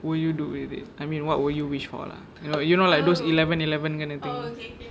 will you do with it I mean what would you wish for lah you know you know like those eleven eleven kind of thing